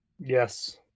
Yes